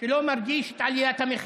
אין אזרח שלא מרגיש את עליית המחיר,